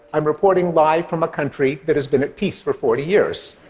i'm reporting live from a country that has been at peace for forty years,